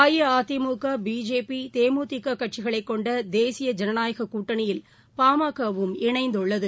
AIADMK BJP தேமுதிககட்சிகளைகொண்ட தேசிய ஜனநாயககூட்டணியில் பாமகவும் இணைந்துள்ளது